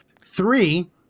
Three